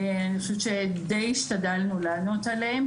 אני חושבת שדי השתדלנו לענות עליהם,